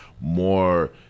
more